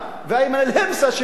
ואימאן אל-האמס אשמה,